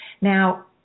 now